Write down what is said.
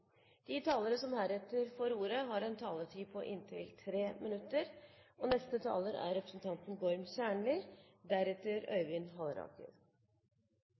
De talere som heretter får ordet, har en taletid på inntil 3 minutter. Jeg synes det som kommer fram i replikkordskiftet, er